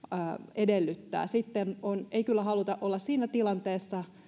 edellyttää ei kyllä haluta olla siinä tilanteessa